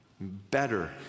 better